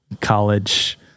college